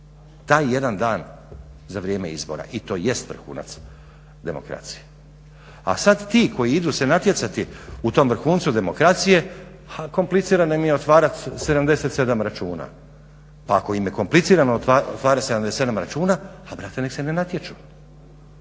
Taj jedan dan za vrijem izbora i tj. vrhunac demokracije. A sad ti koji idu se natjecati u tom vrhuncu demokracije, a komplicirano im je otvarati 77 računa, pa ako im je komplicirano otvarati 77 računa, a brate nek se ne natječu,